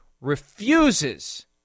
refuses